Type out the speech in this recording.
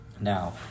now